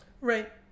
right